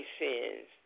sins